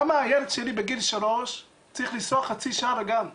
למה הילד שלי שהוא בן שלוש צריך לנסוע חצי שעה לגן שלו?